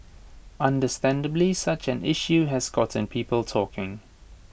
understandably such an issue has gotten people talking